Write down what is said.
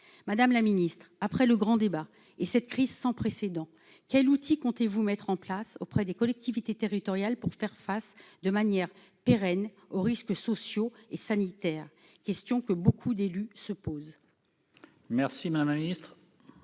Madame la secrétaire d'État, après le grand débat et cette crise sans précédent, quels outils comptez-vous mettre en place auprès des collectivités territoriales pour faire face, de manière pérenne, aux risques sociaux et sanitaires ? C'est une question que beaucoup d'élus se posent. La parole est